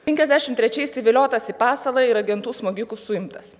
penkiasdešimt trečiais įviliotas į pasalą ir agentų smogikų suimtas